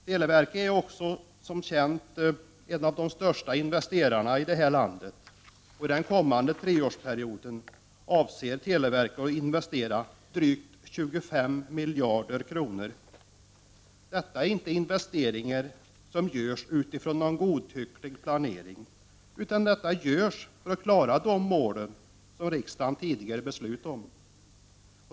Televerket är som känt en av de största investerarna i detta land och i den nu kommande treårsperioden avser televerket investera drygt 25 miljarder kronor. Detta är inte investeringar som görs utifrån någon godtycklig planering, utan detta görs för att klara de mål riksdagen tidigare beslutat om.